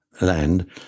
land